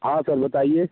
हाँ सर बताइये